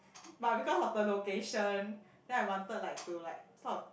but because of the location then I wanted like to like sort of